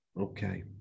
okay